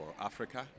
Africa